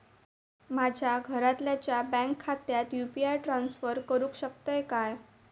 माझ्या घरातल्याच्या बँक खात्यात यू.पी.आय ट्रान्स्फर करुक शकतय काय?